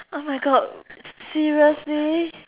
oh my god seriously